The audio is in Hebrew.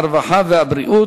הרווחה והבריאות,